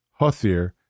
Hothir